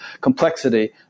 complexity